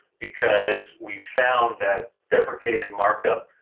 because we found that deprecated mark up.